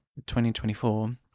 2024